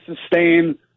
sustain